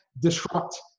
Disrupt